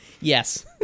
Yes